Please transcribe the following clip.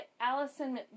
Allison